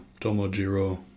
Tomojiro